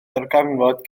ddarganfod